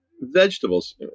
vegetables